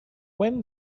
when